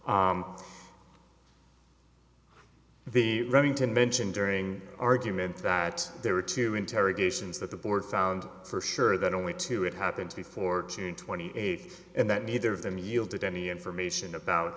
the running to mention during arguments that there were two interrogations that the board found for sure that only two it happened to be four to twenty eighth and that neither of them yielded any information about